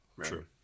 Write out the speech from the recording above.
true